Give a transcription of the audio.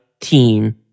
team